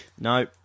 No